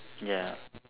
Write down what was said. ya